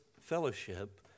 fellowship